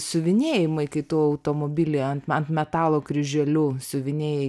siuvinėjimai kai tu automobilį ant man metalo kryželiu siuvinėti